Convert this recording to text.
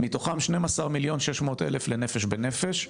מתוכם 12,600,000 ל"נפש בנפש",